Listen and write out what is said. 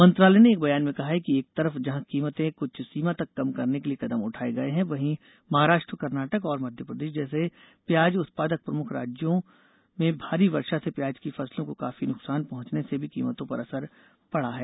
मंत्रालय ने एक बयान में कहा है कि एक तरफ जहां कीमतें क्छ सीमा तक कम करने के लिए कदम उठाए गए हैं वहीं महाराष्ट्र कर्नाटक और मध्य प्रदेश जैसे प्याज उत्पादक प्रमुख राज्यों भारी वर्षा से प्याज की फसलों को काफी नुकसान पहुंचने से भी कीमतों पर असर पड़ा है